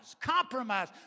compromise